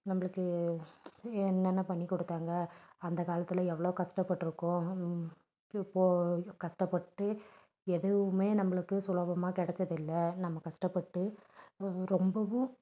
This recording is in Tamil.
நம்மளுக்கு என்னென்ன பண்ணி கொடுத்தாங்க அந்த காலத்தில் எவ்வளோ கஷ்டப்பட்ருக்கோம் இப்போ கஷ்டப்பட்டு எதுவுமே நம்மளுக்கு சுலபமாக கிடச்சதில்ல நம்ம கஷ்டப்பட்டு ரொம்பவும்